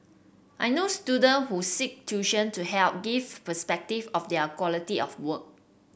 I know student who seek tuition to help give perspective of their quality of work